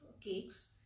cakes